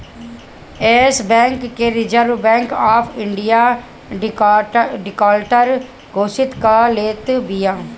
एश Bank के Reserve Bank of India defaulter घोषित कअ देले बिया